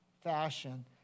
fashion